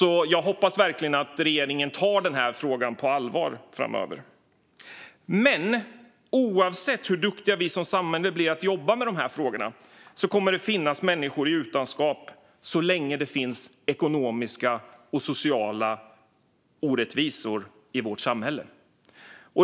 Jag hoppas därför att regeringen verkligen tar frågan på allvar framöver. Men oavsett hur duktiga vi som samhälle blir på att jobba med de här frågorna kommer det att finnas människor i utanförskap så länge det finns ekonomiska och sociala orättvisor i vårt samhälle.